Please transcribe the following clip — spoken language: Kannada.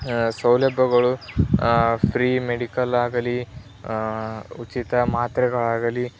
ಸೌಲಭ್ಯಗಳು ಫ್ರೀ ಮೆಡಿಕಲ್ ಆಗಲಿ ಉಚಿತ ಮಾತ್ರೆಗಳಾಗಲಿ